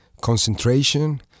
concentration